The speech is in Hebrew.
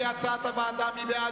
כהצעת הוועדה: מי בעד?